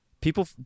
People